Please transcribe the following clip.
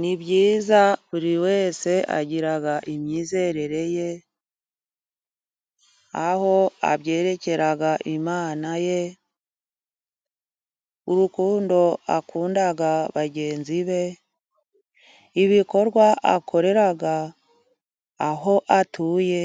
Ni byiza buri wese agira imyizerere ye. Aho abyerekera Imana ye. Urukundo akunda bagenzi be. Ibikorwa akorera aho atuye